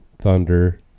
thunder